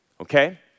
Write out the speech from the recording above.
okay